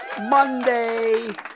Monday